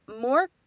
more